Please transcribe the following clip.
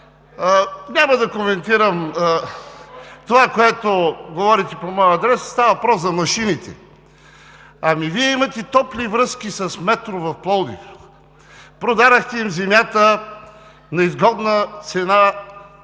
Няма да коментирам това, което говорите по мой адрес. Става въпрос за машините. Вие имате топли връзки с „Метро“ в Пловдив – продадохте им земята на изгодна цена,